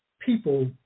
people